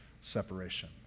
separation